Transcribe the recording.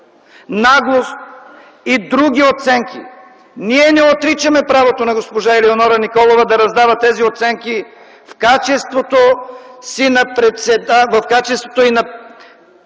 „наглост” и други оценки. Ние не отричаме правото на госпожа Елеонора Николова да раздава тези оценки в качеството й на заместник-председател